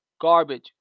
Garbage